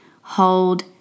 hold